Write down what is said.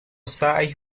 سعی